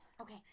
Okay